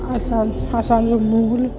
असां असांजो मूल